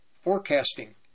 forecasting